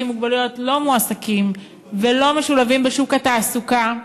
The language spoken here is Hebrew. עם מוגבלויות לא מועסקים ולא משולבים בשוק התעסוקה,